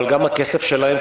אבל גם הכסף שלהם,